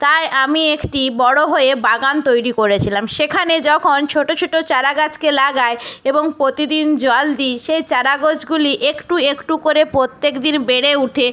তাই আমি একটি বড় হয়ে বাগান তৈরি করেছিলাম সেখানে যখন ছোট ছোট চারা গাছকে লাগাই এবং প্রতিদিন জল দিই সেই চারা গাছগুলি একটু একটু করে প্রত্যেক দিন বেড়ে ওঠে